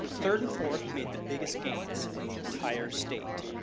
third and fourth made the biggest gains in the entire state.